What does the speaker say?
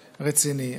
רציני.